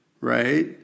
right